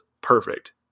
perfect